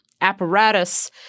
apparatus